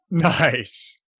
Nice